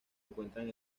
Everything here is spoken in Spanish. encuentran